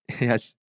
Yes